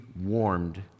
warmed